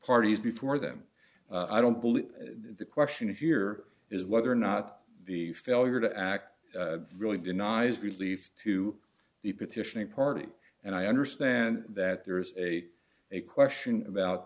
parties before them i don't believe the question is here is whether or not the failure to act really denies relief to the petitioning party and i understand that there is a a question about